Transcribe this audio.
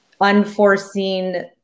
unforeseen